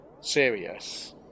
serious